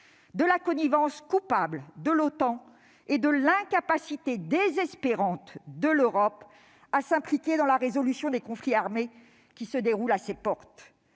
de la connivence coupable de l'OTAN et de l'incapacité désespérante de l'Europe à s'impliquer dans la résolution des conflits armés qui se déroulent à ses portes.